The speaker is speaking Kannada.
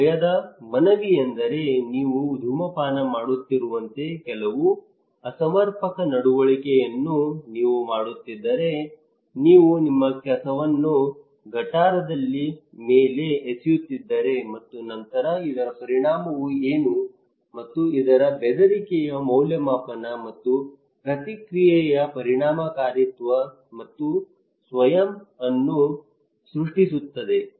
ಒಂದು ಭಯದ ಮನವಿಯೆಂದರೆ ನೀವು ಧೂಮಪಾನ ಮಾಡುತ್ತಿರುವಂತೆ ಕೆಲವು ಅಸಮರ್ಪಕ ನಡವಳಿಕೆಯನ್ನು ನೀವು ಮಾಡುತ್ತಿದ್ದರೆ ನೀವು ನಿಮ್ಮ ಕಸವನ್ನು ಗಟಾರದ ಮೇಲೆ ಎಸೆಯುತ್ತಿದ್ದರೆ ಮತ್ತು ನಂತರ ಇದರ ಪರಿಣಾಮ ಏನು ಮತ್ತು ಇದು ಬೆದರಿಕೆಯ ಮೌಲ್ಯಮಾಪನ ಮತ್ತು ಪ್ರತಿಕ್ರಿಯೆಯ ಪರಿಣಾಮಕಾರಿತ್ವ ಮತ್ತು ಸ್ವಯಂ ಅನ್ನು ಸೃಷ್ಟಿಸುತ್ತದೆ